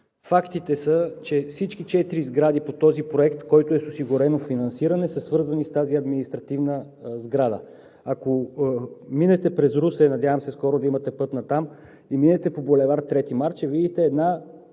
Фактите са, че всичките четири сгради по този проект, който е с осигурено финансиране, са свързани с тази административна сграда. Ако минете през Русе, надявам се скоро да имате път натам, и минете по булевард „Трети март“, ще видите една